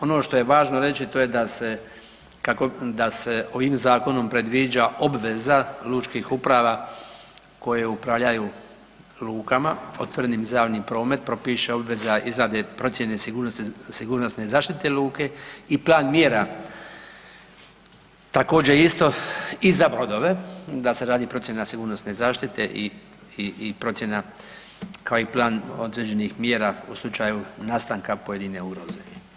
Ono što je važno reći, to je da se ovim Zakonom predviđa obveza lučkih uprava koje upravljaju lukama, otvorenim za javni promet, propiše obveza izrade procjene sigurnosne zaštite luke i plan mjera također isto i za brodove, da se radi procjena sigurnosne zaštite i procjena kao i plan određenih mjera u slučaju nastanka pojedine ugroze.